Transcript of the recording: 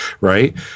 Right